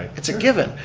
it's a given.